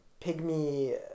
pygmy